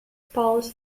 polls